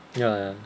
ya ya